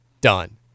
Done